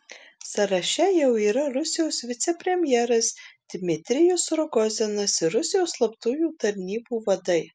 sąraše jau yra rusijos vicepremjeras dmitrijus rogozinas ir rusijos slaptųjų tarnybų vadai